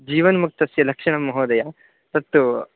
जीवन्मुक्तस्य लक्षणं महोदय तत्तु